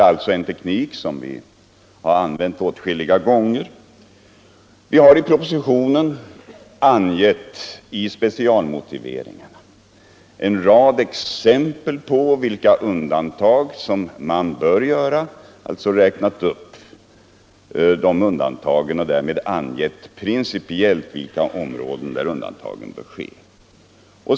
Detta är en teknik som vi har använt åtskilliga gånger. Vi har i specialmotiveringarna i propositionen angett en rad exempel på vilka undantag man bör göra. Vi har räknat upp undantagen och därmed principiellt angett på vilka områden undantag bör ske.